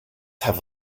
have